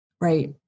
Right